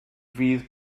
fydd